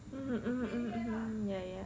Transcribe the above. mm mm mm mm ya ya